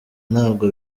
ntabwo